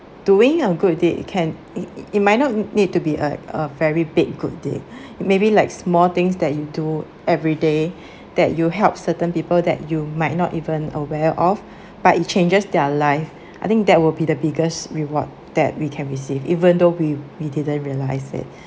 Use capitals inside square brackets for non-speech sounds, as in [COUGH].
doing a good deed can it it might not n~ need to be like a very big good deed maybe like small things that you do every day [BREATH] that you help certain people that you might not even aware of but it changes their life I think that will be the biggest reward that we can receive even though we we didn't realise it